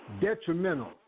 detrimental